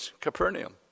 Capernaum